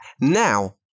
Now